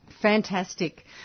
Fantastic